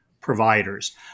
providers